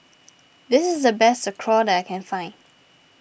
this is the best Sauerkraut that I can find